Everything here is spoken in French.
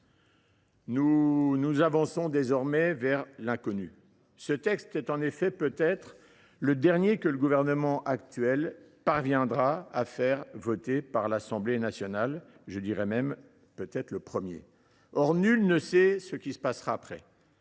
Nous avançons désormais vers l’inconnu. Ce texte est sans doute, en effet, le dernier que le Gouvernement parviendra à faire voter par l’Assemblée nationale – je dirai même que ce sera peut être le premier… Or nul ne sait ce qui se passera après.